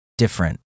Different